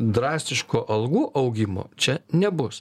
drastiško algų augimo čia nebus